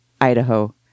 Idaho